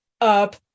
up